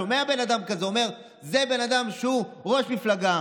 שומע בן אדם כזה ואומר: זה בן אדם שהוא ראש מפלגה,